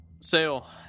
Sail